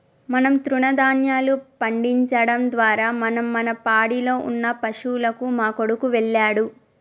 మనం తృణదాన్యాలు పండించడం ద్వారా మనం మన పాడిలో ఉన్న పశువులకు మా కొడుకు వెళ్ళాడు